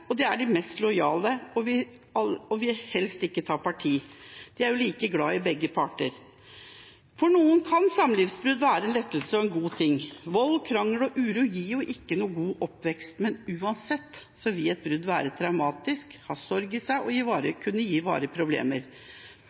er de mest lojale, og de vil helst ikke ta parti – de er jo like glad i begge parter. For noen kan et samlivsbrudd være en lettelse og en god ting. Vold, krangel og uro gir jo ikke noen god oppvekst, men uansett vil et brudd være traumatisk, ha sorg i seg og kunne gi varige problemer.